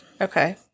okay